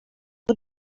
the